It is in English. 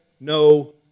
no